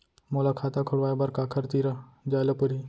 मोला खाता खोलवाय बर काखर तिरा जाय ल परही?